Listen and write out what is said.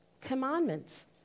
commandments